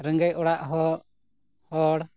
ᱨᱮᱸᱜᱮᱡᱽ ᱚᱲᱟᱜ ᱦᱚᱲ